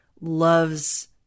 loves